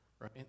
right